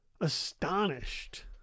astonished